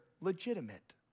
legitimate